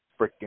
freaking